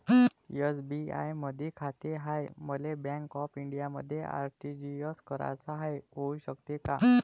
SBI मधी खाते हाय, मले बँक ऑफ इंडियामध्ये आर.टी.जी.एस कराच हाय, होऊ शकते का?